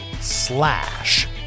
slash